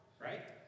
right